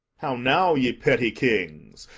how now, ye petty kings?